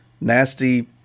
nasty